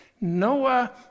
Noah